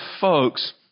folks